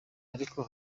ariko